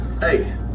Hey